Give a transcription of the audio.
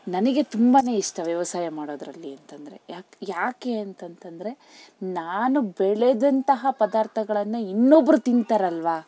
ನನಗೆ ತುಂಬಾ ಇಷ್ಟ ವ್ಯವಸಾಯ ಮಾಡೋದ್ರಲ್ಲಿ ಅಂತಂದರೆ ಯಾಕೆ ಯಾಕೆ ಅಂತಂತಂದರೆ ನಾನು ಬೆಳೆದಂತಹ ಪದಾರ್ಥಗಳನ್ನು ಇನ್ನೊಬ್ಬರು ತಿಂತಾರಲ್ವ